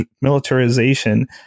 militarization